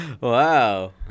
Wow